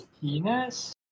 Penis